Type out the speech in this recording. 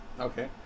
Okay